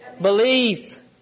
Belief